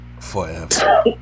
forever